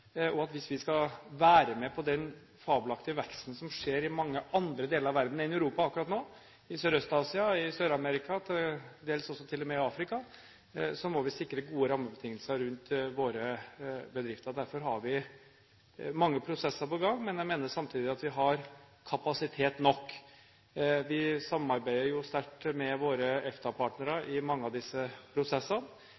skyldes at WTO-forhandlingene står dønn stille, Doha-runden er i dødvanne. Hvis vi skal være med på den fabelaktige veksten som skjer i mange andre deler av verden enn Europa akkurat nå – i Sørøst-Asia, i Sør-Amerika, til dels også til og med i Afrika – må vi sikre gode rammebetingelser rundt våre bedrifter. Derfor har vi mange prosesser på gang, men jeg mener samtidig at vi har kapasitet nok. Vi samarbeider sterkt med våre